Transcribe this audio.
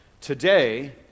today